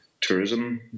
tourism